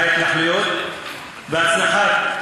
ההתנחלויות והצלחת,